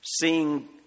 seeing